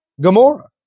Gomorrah